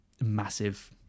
massive